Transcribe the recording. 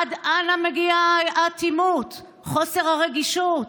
עד אנה מגיעות האטימות וחוסר הרגישות?